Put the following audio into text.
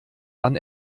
dann